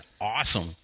awesome